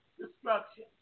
destruction